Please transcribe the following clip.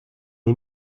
les